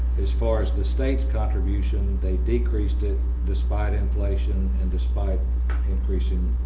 as far as the state's contribution they decreased it despite inflation and despite increasing